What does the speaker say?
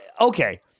Okay